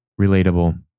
relatable